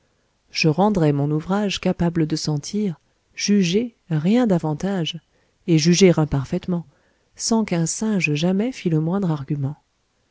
je rendrais mon ouvrage capable de sentir juger rien d'avantage et juger imparfaitement sans qu'un singe jamais fit le moindre argument